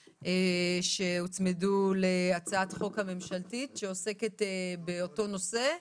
שהוצמדו להצעת חוק הממשלתית שעוסקת באותו נושא,